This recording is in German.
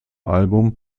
album